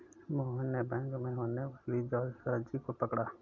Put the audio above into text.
मोहन ने बैंक में होने वाली जालसाजी को पकड़ा